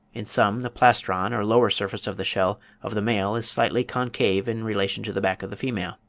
in some, the plastron or lower surface of the shell of the male is slightly concave in relation to the back of the female.